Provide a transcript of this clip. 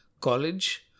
college